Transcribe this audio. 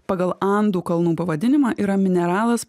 pagal andų kalnų pavadinimą yra mineralas